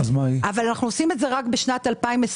אבל אנחנו עושים את זה רק בשנת 2024,